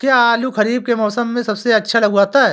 क्या आलू खरीफ के मौसम में सबसे अच्छा उगता है?